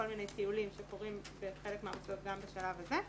כל מיני טיולים שקורים בחלק מהמוסדות גם בשלב הזה,